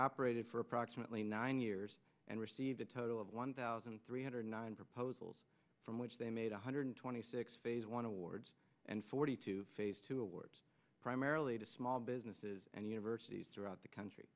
operated for approximately nine years and received a total of one thousand three hundred nine proposals from which they made one hundred twenty six phase want to wards and forty two phase two awards primarily to small businesses and universities throughout the country